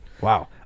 wow